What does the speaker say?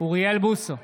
אוריאל בוסו,